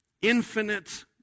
infinite